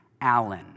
Allen